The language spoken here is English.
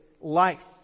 life